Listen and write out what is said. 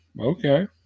okay